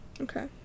Okay